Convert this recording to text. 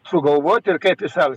sugalvoti ir kaip jis